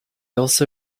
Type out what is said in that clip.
also